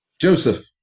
Joseph